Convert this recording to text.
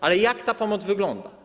Ale jak ta pomoc wygląda?